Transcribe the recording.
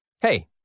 Hey